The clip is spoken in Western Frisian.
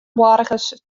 boargers